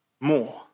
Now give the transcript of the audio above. more